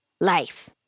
life